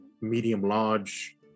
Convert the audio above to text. medium-large